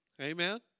Amen